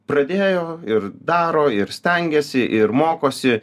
pradėjo ir daro ir stengiasi ir mokosi